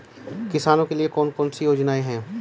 किसानों के लिए कौन कौन सी योजनाएं हैं?